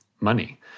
money